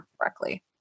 correctly